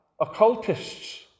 occultists